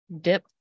dip